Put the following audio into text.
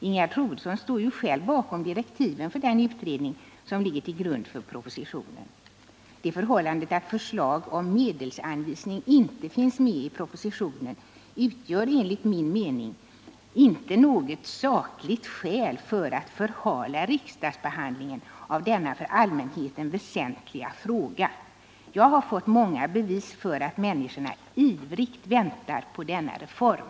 Ingegerd Troedsson står ju själv bakom direktiven för den utredning som ligger till grund för propositionen. Det förhållandet att förslag om medelsanvisning inte finns med i propositionen utgör enligt min mening inte något sakligt skäl för att förhala riksdagsbehandlingen av denna för allmänheten väsentliga fråga. Jag har fått många bevis för att människorna ivrigt väntar på denna reform.